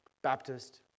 Baptist